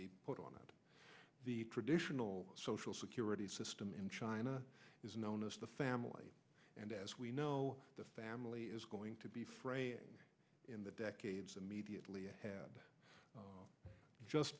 be put on and the traditional social security system in china is known as the family and as we know the family is going to be fraying in the decades immediately have just